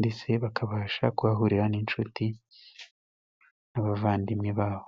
ndetse bakabasha kuhahurira n'inshuti n'abavandimwe babo.